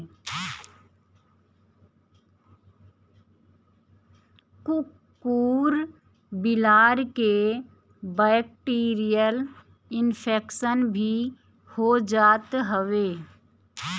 कुकूर बिलार के बैक्टीरियल इन्फेक्शन भी हो जात हवे